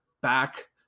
back